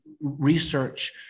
research